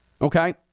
Okay